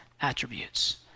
attributes